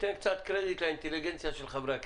תיתן קצת קרדיט לאינטליגנציה של חברי הכנסת.